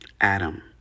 Adam